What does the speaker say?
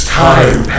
time